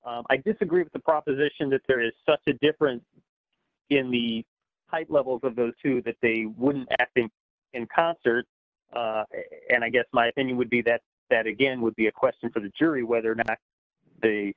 very i disagree with the proposition that there is such a difference in the high levels of those two that they wouldn't act in concert and i guess my opinion would be that that again would be a question for the jury whether or not